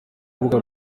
rubuga